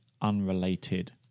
unrelated